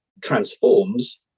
transforms